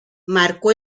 marcó